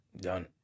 Done